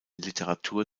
literatur